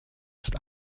erst